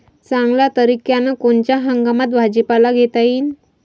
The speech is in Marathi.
चांगल्या तरीक्यानं कोनच्या हंगामात भाजीपाला घेता येईन?